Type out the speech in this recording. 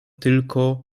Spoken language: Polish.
tylko